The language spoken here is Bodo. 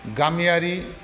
गामियारि